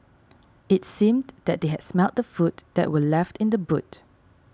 it seemed that they had smelt the food that were left in the boot